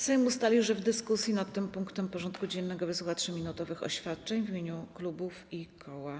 Sejm ustalił, że w dyskusji nad tym punktem porządku dziennego wysłucha 3-minutowych oświadczeń w imieniu klubów i koła.